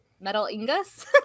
Metal-ingus